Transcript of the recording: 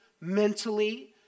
mentally